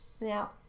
now